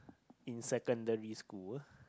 in secondary school